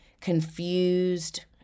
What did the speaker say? confused